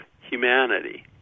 humanity